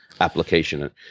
application